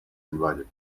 invalid